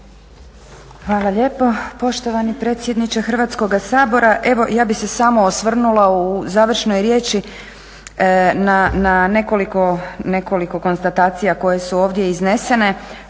Hvala lijepo poštovani predsjedniče Hrvatskoga sabora. Evo, ja bih se samo osvrnula u završnoj riječi na nekoliko konstatacija koje su ovdje iznesene,